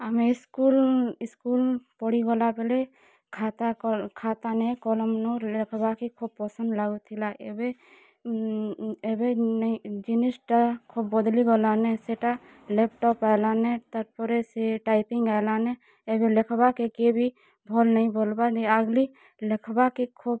ଆମେ school school ପଢ଼ିଗଲା ବେଳେ ଖାତା ଖାତା କଲମ୍ନେ ଲେଖ୍ବା କେ ଖୋବ୍ ପସନ୍ଦ୍ ଲାଗୁଥିଲା ଏବେ ଜିନିଷ୍ଟା ଖୋବ୍ ବଦ୍ଲି ଗଲାନେ ସେଟା ଲ୍ୟାପ୍ଟପ୍ ଆଏଲାନେ ତା'ର୍ପରେ ସେ ଟାଇପିଂ ଆଏଲାନେ ଏବେ ଲେଖ୍ବାର୍ କେ କେହିବି ଭଲ୍ ନାଇଁ ବଲ୍ବାର୍ ନି ଆଘ୍ଲି ଲେଖ୍ବାର୍ କେ ଖୋବ୍